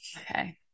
okay